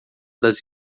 das